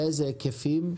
באיזה היקפים,